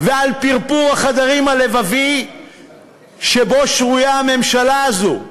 ועל פרפור החדרים הלבבי שבו שרויה הממשלה הזאת,